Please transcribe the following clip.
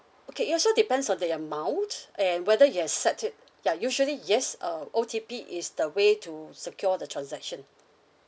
okay it also depends on the amount and whether you accept it ya usually yes uh O_T_P is the way to secure the transaction